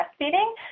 breastfeeding